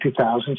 2000s